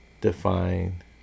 Define